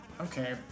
Okay